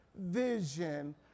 vision